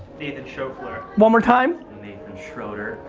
nathan schoeffler. one more time. nathan scherotter.